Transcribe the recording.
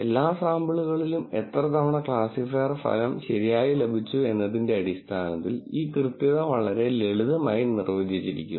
എല്ലാ സാമ്പിളുകളിലും എത്ര തവണ ക്ലാസിഫയർ ഫലം ശരിയായി ലഭിച്ചു എന്നതിന്റെ അടിസ്ഥാനത്തിൽ ഈ കൃത്യത വളരെ ലളിതമായി നിർവചിച്ചിരിക്കുന്നു